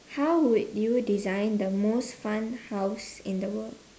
how would you design the most fun house in the world